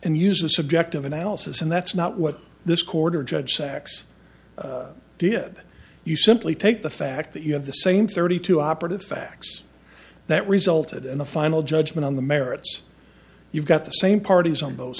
and use a subjective analysis and that's not what this quarter judge sachs did you simply take the fact that you have the same thirty two operative facts that resulted in the final judgment on the merits you've got the same parties on both